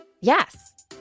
yes